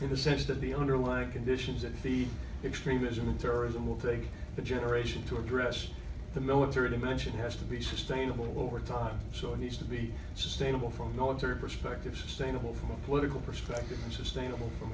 in the sense that the underlying conditions at the extremism and terrorism will take a generation to address the military dimension has to be sustainable over time so it needs to be sustainable from military perspective sustainable from a political person sustainable from